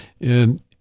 And-